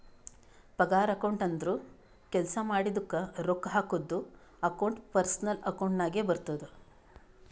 ಪಗಾರ ಅಕೌಂಟ್ ಅಂದುರ್ ಕೆಲ್ಸಾ ಮಾಡಿದುಕ ರೊಕ್ಕಾ ಹಾಕದ್ದು ಅಕೌಂಟ್ ಪರ್ಸನಲ್ ಅಕೌಂಟ್ ನಾಗೆ ಬರ್ತುದ